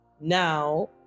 now